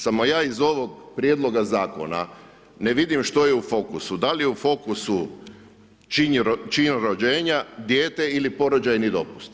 Samo ja iz ovog prijedloga Zakona ne vidim što je u fokusu, da li je u fokusu čin rođenja, dijete ili porođajni dopust.